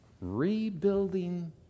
rebuilding